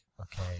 okay